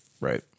Right